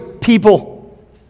people